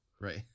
Right